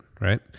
right